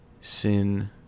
sin